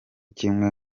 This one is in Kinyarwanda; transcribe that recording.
kimwe